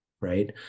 right